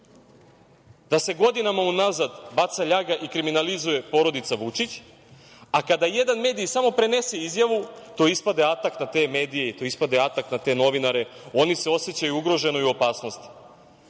da se godinama unazad baca ljaga i kriminalizuje porodica Vučić, a kada jedan medij samo prenese izjavu, to ispada atak na te medije i to ispada atak na te novinare. Oni se osećaju ugroženo i u opasnosti,